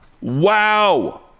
wow